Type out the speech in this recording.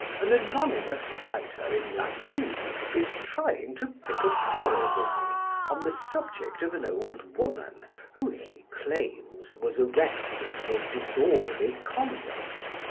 an anonymous writer in la plume is trying to pick a quarrel with me on the subject of an old woman who, he claims, was arrested for disorderly conduct,